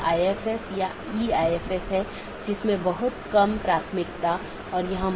इसलिए पथ को गुणों के प्रकार और चीजों के प्रकार या किस डोमेन के माध्यम से रोका जा रहा है के रूप में परिभाषित किया गया है